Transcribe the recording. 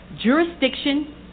jurisdiction